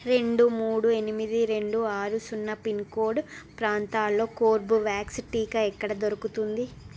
రెండు మూడు ఎనిమిది రెండు ఆరు సున్నా పిన్ కోడ్ ప్రాంతాల్లో కోర్బ్ వ్యాక్స్ టీకా ఎక్కడ దొరుకుతుంది